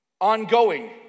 Ongoing